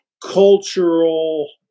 cultural